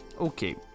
Okay